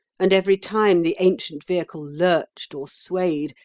and every time the ancient vehicle lurched or swayed,